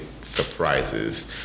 surprises